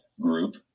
group